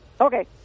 Okay